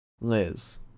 Liz